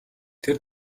тэр